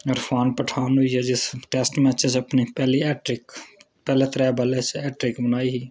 इरफान पठान जिस टेस्ट मैचे च अपनी पैह्ली हैट्रिक पैह्ले त्रैऽ बॉलें च हैट्रिक बनाई ही